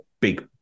big